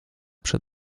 przed